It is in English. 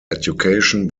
education